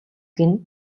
гэнэ